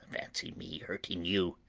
fancy me hurting you!